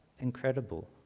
incredible